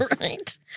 Right